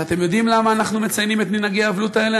ואתם יודעים למה אנחנו מציינים את מנהגי האבלות האלה?